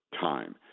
time